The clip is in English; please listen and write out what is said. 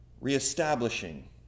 reestablishing